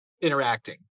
interacting